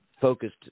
focused